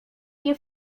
nie